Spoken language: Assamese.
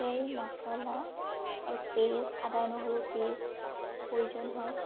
তেল মচলা আৰু পেষ্ট আদা নহৰু পেষ্ট প্ৰয়োজন হয়